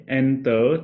enter